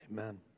Amen